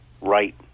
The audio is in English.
right